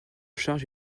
charge